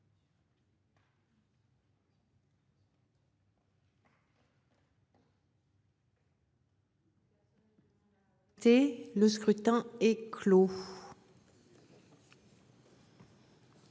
le scrutin est clos.